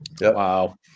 Wow